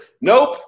Nope